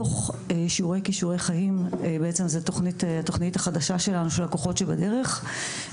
זוהי התכנית החדשה שלנו, של הכוחות שבדרך.